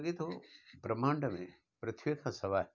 खे लॻे तो ब्रम्हांड में पृथ्वीअ खां सवाइ